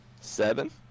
Seven